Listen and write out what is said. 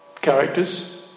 characters